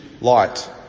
light